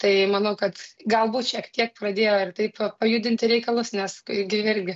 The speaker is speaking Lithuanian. tai manau kad galbūt šiek tiek pradėjo ir taip pajudinti reikalus nes gi irgi